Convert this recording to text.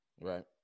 Right